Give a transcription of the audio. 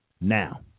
Now